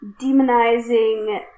demonizing